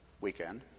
weekend